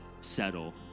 settle